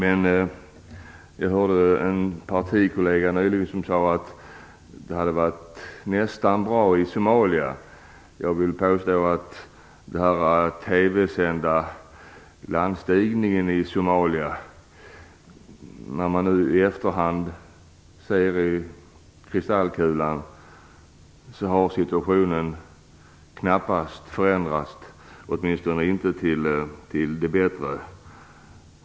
En av mina partikolleger sade nyligen att det hade varit nästan bra i Somalia. I TV visade man landstigningen i Somalia. När man studerar situationen i efterhand finner man att den knappast har förändrats - åtminstone inte till det bättre.